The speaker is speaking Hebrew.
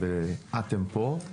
אתם פה.